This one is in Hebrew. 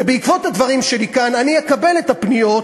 ובעקבות הדברים שלי כאן אני אקבל את הפניות,